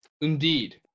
Indeed